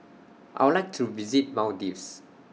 I Would like to visit Maldives